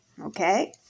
Okay